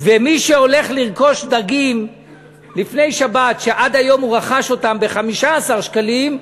ומי שהולך לרכוש לפני שבת דגים שעד היום הוא רכש ב-15 שקלים,